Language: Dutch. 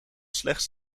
slechts